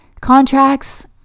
contracts